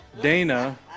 Dana